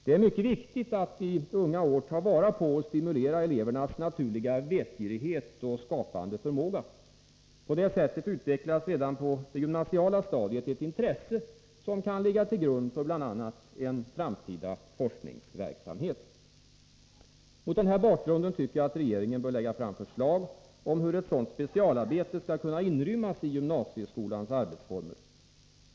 Det är mycket viktigt att ta vara på och stimulera den naturliga vetgirighet och skapande förmåga som eleverna har i unga år. På det sättet utvecklas redan på det gymnasiala stadiet ett intresse som kan ligga till grund för bl.a. en framtida forskningsverksamhet. Mot den här bakgrunden tycker jag att regeringen bör lägga fram förslag om hur ett sådant specialarbete skall kunna inrymmas i gymnasieskolans arbetsformer.